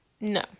No